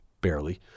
barely